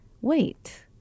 wait